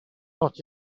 not